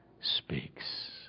speaks